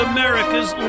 America's